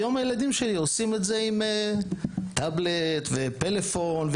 היום הילדים שלי עושים את זה עם טבלט ועם פלאפון,